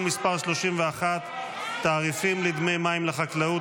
מס' 31) (תעריפים לדמי מים לחקלאות),